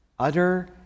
Utter